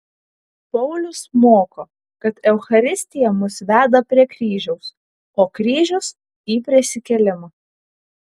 paulius moko kad eucharistija mus veda prie kryžiaus o kryžius į prisikėlimą